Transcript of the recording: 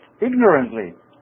ignorantly